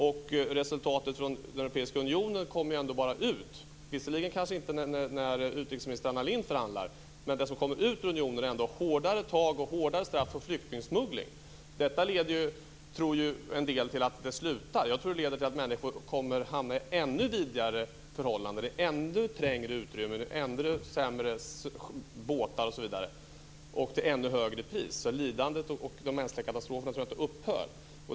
De resultat som kommer ut från Europeiska unionen - visserligen kanske inte när utrikesminister Anna Lindh förhandlar - är hårdare tag och hårdare straff för flyktingsmuggling. En del tror att detta leder till att den slutar. Jag tror att det leder till att människor kommer att hamna i ännu vidrigare förhållanden, ännu trängre utrymmen och ännu sämre båtar och till ett ännu högre pris. Lidandet och de mänskliga katastroferna upphör inte.